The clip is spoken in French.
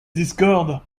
discorde